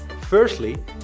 Firstly